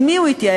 עם מי הוא יתייעץ?